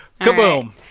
Kaboom